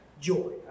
Joy